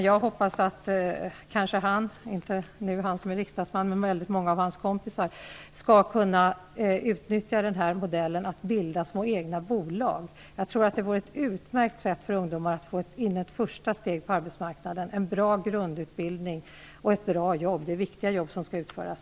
Jag hoppas att många av hans kompisar skall kunna utnyttja den här modellen för att bilda egna små bolag. Det vore ett utmärkt sätt för dem att få in en första fot på arbetsmarknaden, få en bra grundutbildning och ett bra jobb. Det är viktiga jobb som skall utföras.